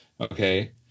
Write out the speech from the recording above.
okay